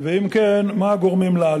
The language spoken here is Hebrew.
2. אם כן, מה הם הגורמים לעלייה?